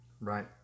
right